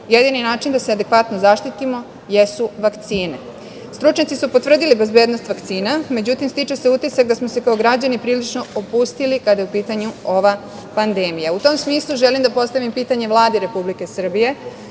Jedini način da se adekvatno zaštitimo jesu vakcine. Stručnjaci su potvrdili bezbednost vakcina. Međutim, stiče se utisak da smo se kao građani prilično opustili kada je u pitanju ova pandemija.U tom smislu želim da postavim pitanje Vladi Republike Srbije